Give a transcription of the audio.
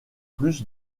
plus